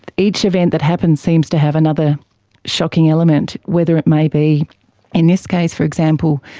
each event that happens seems to have another shocking element, whether it may be in this case, for example,